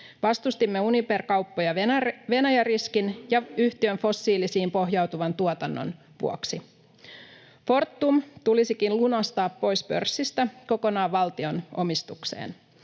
Vastustimme Uniper-kauppoja Venäjä-riskin ja yhtiön fossiilisiin pohjautuvan tuotannon vuoksi. Fortum tulisikin lunastaa pois pörssistä kokonaan valtion omistukseen.